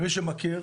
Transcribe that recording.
למי שמכיר,